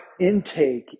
intake